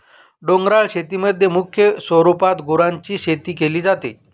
डोंगराळ शेतीमध्ये मुख्य स्वरूपात गुरांची शेती केली जाते